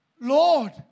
Lord